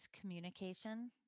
communication